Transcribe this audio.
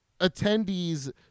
attendees